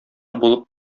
булып